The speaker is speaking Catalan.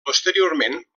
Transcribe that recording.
posteriorment